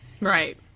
Right